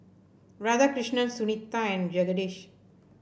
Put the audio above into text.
Radhakrishnan Sunita and Jagadish